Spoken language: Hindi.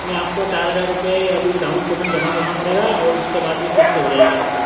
इसमें आपको चार हजार रुपए अभी डाउन पेमेंट जमा करना पड़ेगा और उसके बाद में किस्त हो जाएगी आपकी